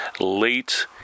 late